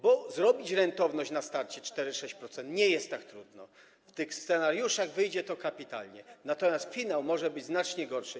Bo zrobić rentowność na starcie rzędu 4–6% nie jest tak trudno, w tych scenariuszach wyjdzie to kapitalnie, natomiast finał może być znacznie gorszy.